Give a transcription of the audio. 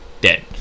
dead